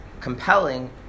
compelling